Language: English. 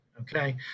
Okay